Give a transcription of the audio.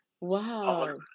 Wow